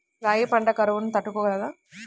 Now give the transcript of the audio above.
రాగి పంట కరువును తట్టుకోగలదా?